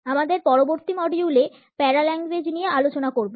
আমরা পরবর্তী মডিউলে প্যারাল্যাঙ্গুয়েজ নিয়ে আলোচনা করবো